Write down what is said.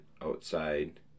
outside